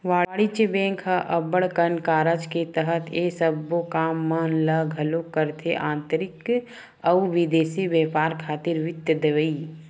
वाणिज्य बेंक ह अब्बड़ कन कारज के तहत ये सबो काम मन ल घलोक करथे आंतरिक अउ बिदेसी बेपार खातिर वित्त देवई